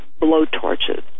blowtorches